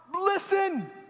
listen